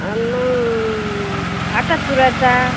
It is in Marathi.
आणि मग आटा चुरायचा